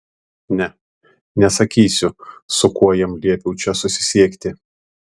ne nesakysiu su kuo jam liepiau čia susisiekti